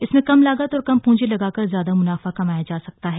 इसमें कम लागत और कम पूंजी लगाकर ज्यादा मुनाफा कमाया जा सकता है